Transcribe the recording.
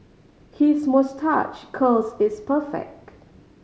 his moustache curls is perfect